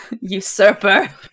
usurper